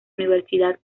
universidad